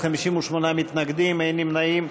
בעד, 41, 58 מתנגדים, אין נמנעים.